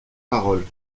paroles